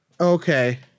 Okay